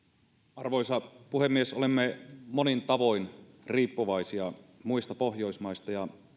arvoisa puhemies olemme monin tavoin riippuvaisia muista pohjoismaista ja